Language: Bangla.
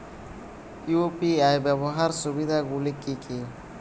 ইউ.পি.আই ব্যাবহার সুবিধাগুলি কি কি?